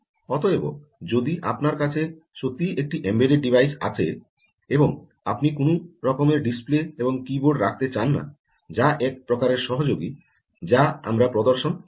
অতএব যদি আপনার কাছে সত্যিই একটি এম্বেডড ডিভাইস আছে এবং আপনি কোনও রকমের ডিসপ্লে এবং কীবোর্ড রাখতে চান না যা এক প্রকারের সহযোগী যা আমরা প্রদর্শন করব